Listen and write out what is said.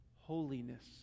holiness